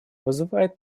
вызывает